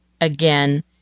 again